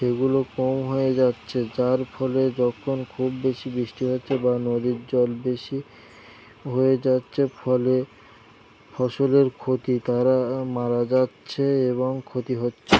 সেগুলো কম হয়ে যাচ্ছে যার ফলে যখন খুব বেশি বৃষ্টি হচ্ছে বা নদীর জল বেশি হয়ে যাচ্চে ফলে ফসলের ক্ষতি তারা মারা যাচ্ছে এবং ক্ষতি হচ্ছে